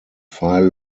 file